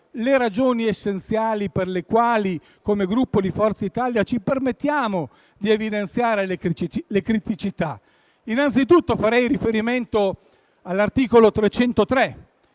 le ragioni essenziali per cui, come Gruppo Forza Italia, ci permettiamo di evidenziare le criticità? Innanzitutto, farei riferimento all'articolo 303